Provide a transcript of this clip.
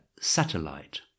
satellite